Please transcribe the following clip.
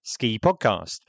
SKIPODCAST